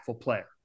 player